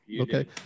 Okay